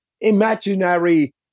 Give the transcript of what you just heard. imaginary